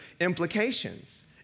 implications